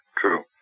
True